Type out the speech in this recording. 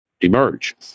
emerge